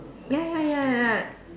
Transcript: ya ya ya ya